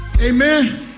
Amen